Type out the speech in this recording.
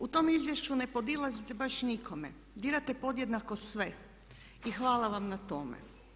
U tom izvješću ne podilazite baš nikome, dirate podjednako sve i hvala vam na tome.